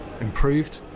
improved